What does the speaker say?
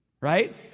Right